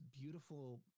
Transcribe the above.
beautiful